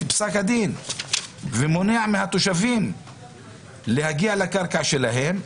פסק הדין ומונעים מהתושבים להגיע לקרקע שלהם,